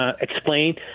Explain